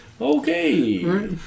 Okay